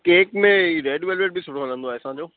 cake में red velvet बि सुठो हलंदो आहे असांजो